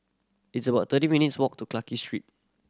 it's about thirty minutes' walk to Clarke Street